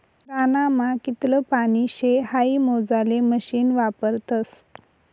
ह्यानामा कितलं पानी शे हाई मोजाले मशीन वापरतस